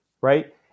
right